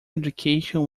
education